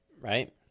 right